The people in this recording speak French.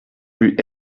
rue